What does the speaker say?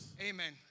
Amen